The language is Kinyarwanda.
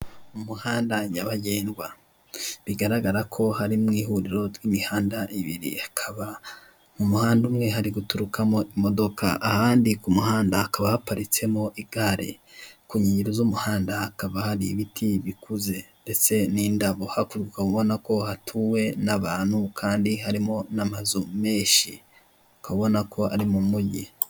Umuhanda nyabagendwa bigaragara ko ari mu ihuriro ry'imihanda ibiri, hakaba mu muhana umwe hari guturukamo imodoka, ahandi ku muhanda hakaba haparitsemo igare, ku nkengero z'umuhanda hakaba hari ibiti bikuze, ndetse n'indabo hakurya ukaba ubona ko hatuwe n'abantu, kandi harimo n'amazu menshi ukaba ubona ko ari mu mugi.